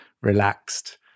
relaxed